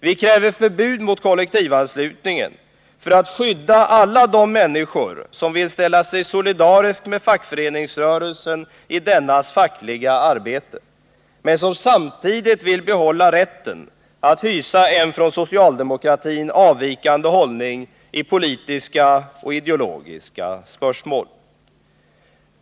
Vi kräver förbud mot kollektivanslutningen för att skydda alla de människor som vill ställa sig solidariska med fackföreningsrörelsen i dennas fackliga arbete men som samtidigt vill behålla rätten att hysa en från socialdemokratin avvikande hållning i politiska och ideologiska spörsmål.